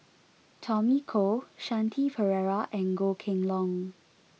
Tommy Koh Shanti Pereira and Goh Kheng Long